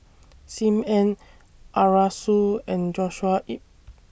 SIM Ann Arasu and Joshua Ip